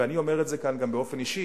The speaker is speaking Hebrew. ואני אומר את זה כאן גם באופן אישי,